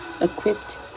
equipped